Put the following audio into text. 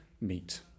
meet